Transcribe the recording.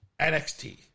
NXT